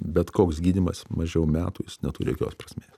bet koks gydymas mažiau metų jis neturi jokios prasmės